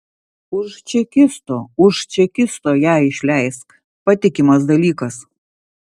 už čekisto už čekisto ją išleisk patikimas dalykas